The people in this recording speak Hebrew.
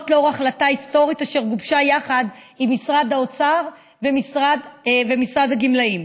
זאת לאור החלטה היסטורית אשר גובשה יחד עם משרד האוצר ומשרד הגמלאים.